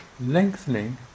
lengthening